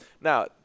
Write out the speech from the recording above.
Now